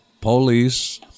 police